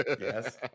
Yes